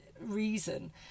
reason